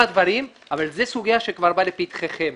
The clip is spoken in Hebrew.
דברים אבל זו סוגיה שכבר באה לפתחכם.